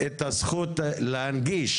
להנגיש